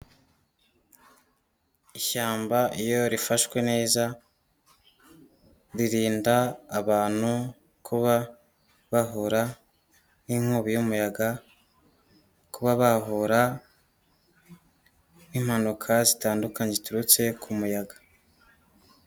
Ishyamba iyo rifashwe neza, ririnda abantu kuba bahura nk'inkubi y'umuyaga, kuba bahura n'impanuka zitandukanye ziturutse ku muyaga.